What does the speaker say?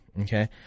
Okay